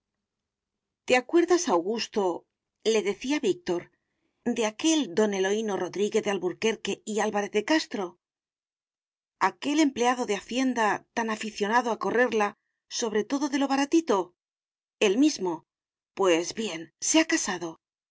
te acuerdas augustole decía víctor de aquel don eloíno rodríguez de alburquerque y álvarez de castro aquel empleado de hacienda tan aficionado a correrla sobre todo de lo baratito el mismo pues bien se ha casado